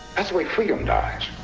that's the way freedom dies.